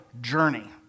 journey